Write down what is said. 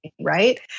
right